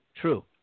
True